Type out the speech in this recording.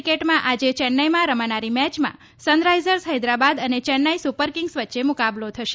ક્રિકેટમાં આજે ચેન્નાઇમાં રમાનારી મેચમાં સનરાઇઝર્સ હેદરાબાદ અને ચેન્નાઇ સુપરકિંગ્સ વચ્ચે મુકાબલો થશે